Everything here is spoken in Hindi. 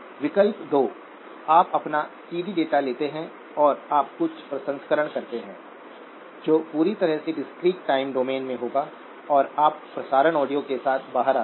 विकल्प 2 आप अपना सीडी डेटा लेते हैं और आप कुछ प्रसंस्करण करते हैं जो पूरी तरह से डिस्क्रीट टाइम डोमेन में होगा और आप प्रसारण ऑडियो के साथ बाहर आते हैं